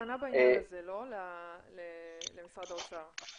פנה בעניין הזה למשרד האוצר,